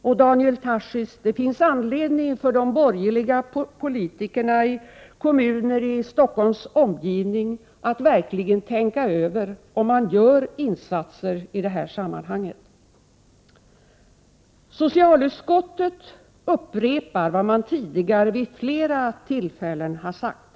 Det finns, Daniel Tarschys, anledning för de borgerliga politikerna i kommuner i Stockholms omgivning att verkligen tänka över om de gör insatser i det här sammanhanget. Socialutskottet upprepar vad man tidigare vid flera tillfällen sagt: ”När det — Prot.